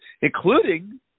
including